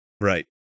Right